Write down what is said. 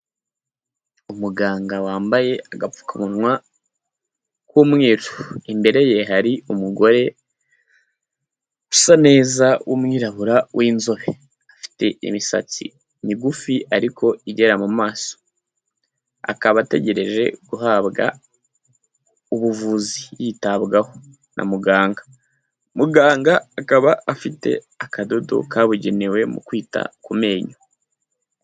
Umuganga wambaye agapfukamunwa k'umweru. Imbere ye hari umugore usa neza w'umwirabura w'inzobe. Afite imisatsi migufi ariko igera mu maso. Akaba ategereje guhabwa ubuvuzi yitabwaho na muganga. Muganga akaba afite akadodo kabugenewe mu kwita ku menyo.